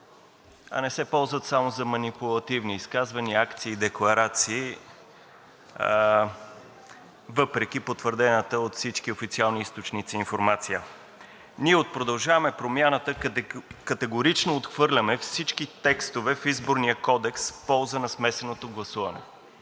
а не се ползват само за манипулативни изказвания, акции и декларации въпреки потвърдената от всички официални източници информация. Ние от „Продължаваме Промяната“ категорично отхвърляме всички текстове в Изборния кодекс в полза на смесеното гласуване.